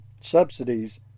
subsidies